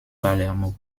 palermo